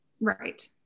Right